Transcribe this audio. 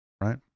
Right